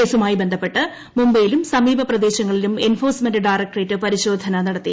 കേസുമായി ബന്ധപ്പെട്ട് മുംബൈയിലും സമീപപ്രദേശങ്ങളിലും എൻഫോഴ്സ്മെന്റ് ഡയറക്ടറേറ്റ് പരിശോധന നടത്തി